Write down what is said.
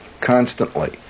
constantly